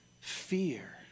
Fear